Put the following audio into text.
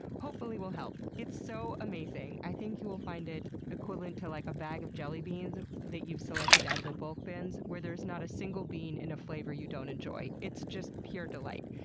hopefully, will help. it's so amazing! i think you will find it equivalent to, like, a bag of jelly beans that you've selected out of the bulk bins where there's not a single bean in a flavor you don't enjoy. it's just pure delight!